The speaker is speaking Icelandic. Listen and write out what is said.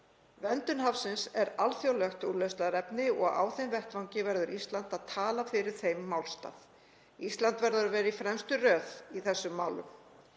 Verndun hafsins er alþjóðlegt úrlausnarefni og á þeim vettvangi verður Ísland að tala fyrir þeim málstað. Ísland verður að vera í fremstu röð í þessum málum.